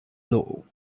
law